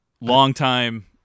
Longtime